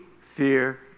fear